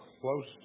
close